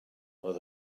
roedd